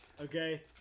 Okay